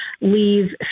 leave